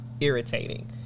irritating